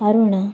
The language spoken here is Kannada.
ಅರುಣಾ